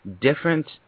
different